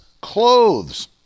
clothes